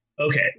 Okay